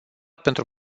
pentru